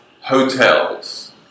Hotels